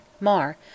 Mar